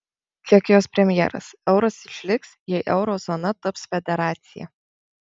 čekijos premjeras euras išliks jei euro zona taps federacija